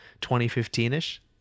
2015-ish